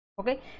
okay